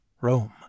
Rome